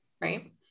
Right